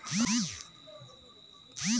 किस फसल के लिए चिड़िया वर्षा आवश्यक है?